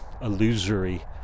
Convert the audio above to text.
illusory